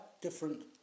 different